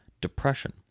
depression